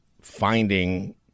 finding